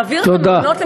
להעביר את המעונות,